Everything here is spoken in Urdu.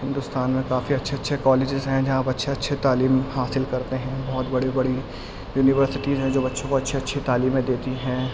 ہندوستان میں کافی اچھے اچھے کالیجز ہیں جہاں آپ اچھے اچھے تعلیم حاصل کرتے ہیں بہت بڑی بڑی یونیورسٹیز ہیں جو بچوں کو اچھے اچھے تعلیمیں دیتی ہیں